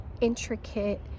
intricate